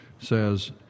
says